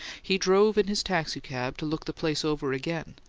he drove in his taxicab to look the place over again,